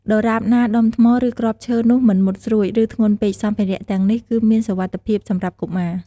ដរាបណាដុំថ្ម ឬគ្រាប់ឈើនោះមិនមុតស្រួច ឬធ្ងន់ពេក សម្ភារៈទាំងនេះ គឺមានសុវត្ថិភាពសម្រាប់កុមារ។